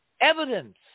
evidence